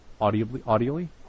audibly